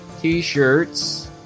t-shirts